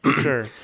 Sure